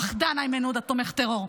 פחדן, איימן עודה, תומך טרור,